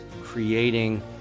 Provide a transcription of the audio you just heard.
creating